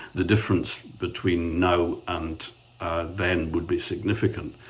the difference between now and then would be significant.